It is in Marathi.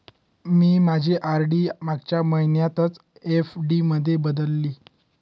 मी माझी आर.डी मागच्या महिन्यातच एफ.डी मध्ये बदलली